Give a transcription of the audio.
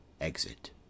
Exit